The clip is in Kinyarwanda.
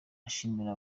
ashimira